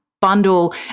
bundle